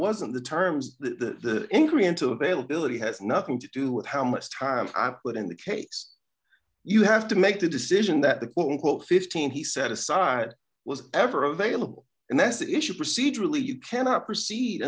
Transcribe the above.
wasn't the terms the inquiry into availability has nothing to do with how much time i put in that case you have to make the decision that the local fifteen he set aside was ever available and that's the issue procedurally you cannot proceed